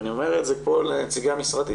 ואני אומר את זה פה לנציגי המשרדים,